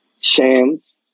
Shams